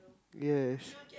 yes